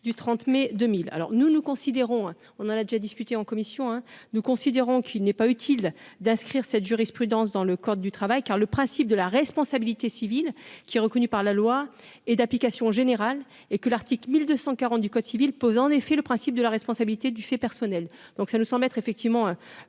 du 30 mai 2000, alors nous nous considérons, on en a déjà discuté en commission, hein, nous considérons qu'il n'est pas utile d'inscrire cette jurisprudence dans le code du travail, car le principe de la responsabilité civile qui est reconnu par la loi et d'application générale et que l'Arctique 1240 du code civil, posant en effet le principe de la responsabilité du fait personnel, donc ça en mettre effectivement